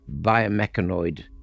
biomechanoid